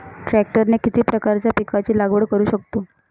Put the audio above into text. ट्रॅक्टरने किती प्रकारच्या पिकाची लागवड करु शकतो?